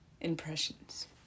impressions